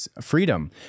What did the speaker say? freedom